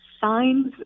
signs